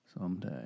Someday